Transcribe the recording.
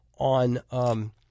on